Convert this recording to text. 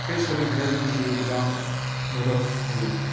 ओंखायनो सोलोंथाइआ जोंनि जिउआव गोबां मदद होयो